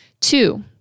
Two